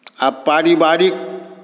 आ पारिवारिक